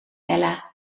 ella